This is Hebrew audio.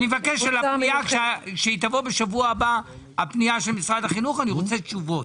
אני מבקש שכאשר הפנייה של משרד החינוך תבוא בשבוע הבא יהיו תשובות.